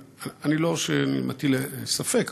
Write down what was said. אני לא ממטילי הספק,